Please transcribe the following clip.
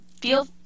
feel